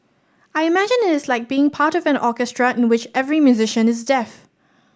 I imagine it is like being part of an orchestra in which every musician is deaf